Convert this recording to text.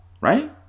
Right